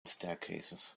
staircases